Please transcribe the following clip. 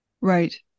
right